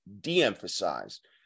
de-emphasized